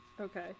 Okay